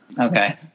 Okay